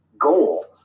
goal